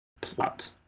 plot